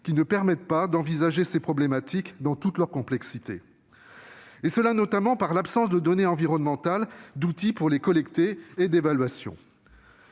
qui ne permettent pas d'envisager ces problématiques dans toute leur complexité, et cela notamment du fait de l'absence de données environnementales, d'outils pour les collecter et d'évaluations.